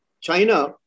China